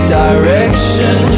direction